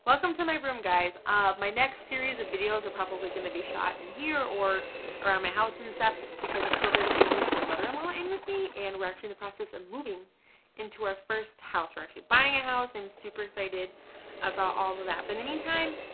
welcome to my room guys. my next series of videos are probably going to be shot in here or around my house and stuff. because of covid, we moved my mother in law in with me, and we're actually in the process of moving into our first house. we're actually buying a house. i'm super excited about all of that. but in the meantime,